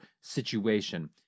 situation